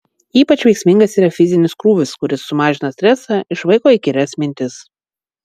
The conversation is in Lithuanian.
ypač veiksmingas yra fizinis krūvis kuris sumažina stresą išvaiko įkyrias mintis